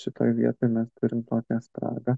šitoj vietoj mes turim tokią spragą